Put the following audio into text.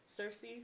Cersei